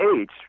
age